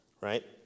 right